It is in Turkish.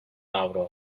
avro